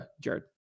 Jared